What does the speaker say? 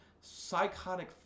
psychotic